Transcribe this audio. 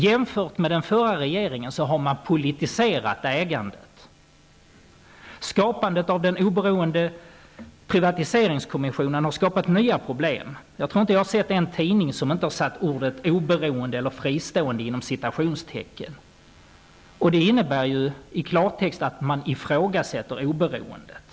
Jämfört med den förra regeringen har man politiserat ägandet. Skapandet av den oberoende privatiseringskommissionen har medfört nya problem. Jag tror inte att jag har sett någon enda tidning där ordet oberoende eller ordet fristående inte försetts med citationstecken. I klartext innebär det att man ifrågasätter oberoendet.